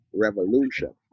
revolution